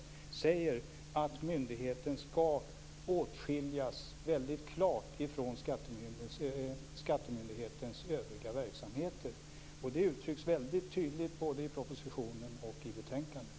Man säger att myndigheten skall åtskiljas mycket klart från skattemyndighetens övriga verksamheter. Det uttrycks tydligt både i propositionen och i betänkandet.